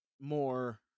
more